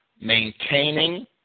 maintaining